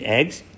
eggs